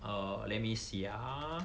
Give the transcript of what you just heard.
err let me see ah